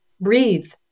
breathe